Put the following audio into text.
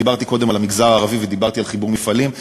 דיברתי קודם על המגזר הערבי ודיברתי על חיבור מפעלים,